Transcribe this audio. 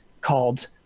called